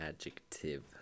adjective